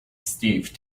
steve